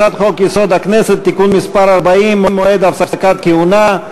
הצעת חוק-יסוד: הכנסת (תיקון מס' 40) (מועד הפסקת כהונה),